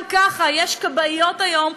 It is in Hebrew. גם ככה יש כבאיות היום,